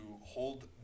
hold